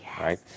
right